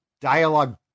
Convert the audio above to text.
dialogue